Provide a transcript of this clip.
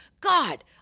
god